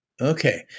okay